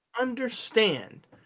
understand